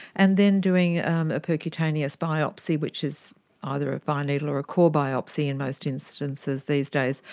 and then doing a percutaneous biopsy, which is either a fine needle or a core biopsy in most instances these days,